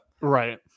Right